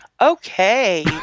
Okay